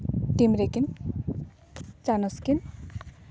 team ᱨᱮᱠᱤᱱ chance ᱨᱮᱠᱤᱱ